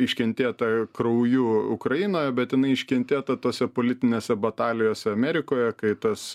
iškentėta krauju ukrainoje bet jinai iškentėta tose politinėse batalijose amerikoje kai tas